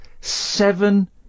seven